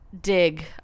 Dig